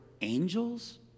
angels